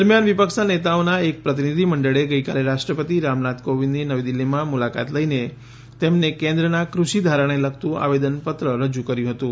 દરમિયાન વિપક્ષના નેતાઓના એક પ્રતિનિધિમંડળે ગઈકાલે રાષ્ટ્રપતિ રામનાથ કોવિંદની નવી દિલ્ફીમાં મુલાકાત લઈને તેમને કેન્દ્રના ક઼ષિ ધારાને લગતું આવેદનપત્ર રજુ કર્યું હતું